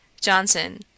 Johnson